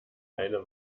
eine